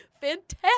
fantastic